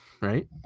right